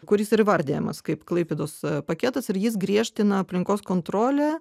kuris ir įvardijamas kaip klaipėdos paketas ir jis griežtina aplinkos kontrolę